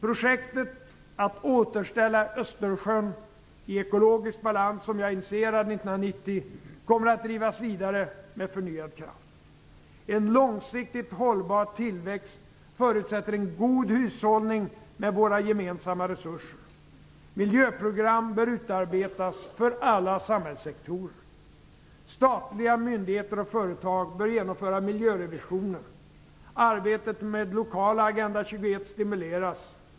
Projektet att återställa Östersjön i ekologisk balans, som jag initierade 1990, kommer att drivas vidare med förnyad kraft. En långsiktigt hållbar tillväxt förutsätter en god hushållning med våra gemensamma resurser. Miljöprogram bör utarbetas för alla samhällssektorer. Statliga myndigheter och företag bör genomföra miljörevisioner. Arbetet med lokala Agenda 21 stimuleras.